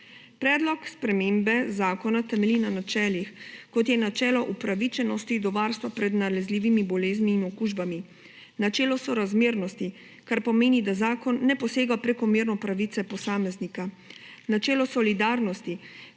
Predlog spremembe zakona temelji na načelih, kot je načelo upravičenosti do varstva pred nalezljivimi boleznimi in okužbami; načelo sorazmernosti, kar pomeni, da zakon ne posega prekomerno v pravice posameznika; načelo solidarnosti,